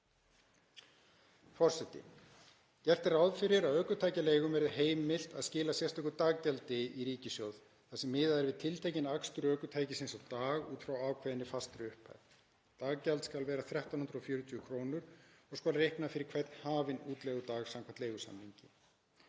Forseti. Gert er ráð fyrir að ökutækjaleigum verði heimilt að skila sérstöku daggjaldi í ríkissjóð þar sem miðað verði við tiltekinn akstur ökutækis á dag út frá ákveðinni fastri fjárhæð. Daggjald skal vera 1.340 kr. og skal reiknað fyrir hvern hafinn útleigudag samkvæmt leigusamningi.